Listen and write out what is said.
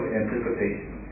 anticipation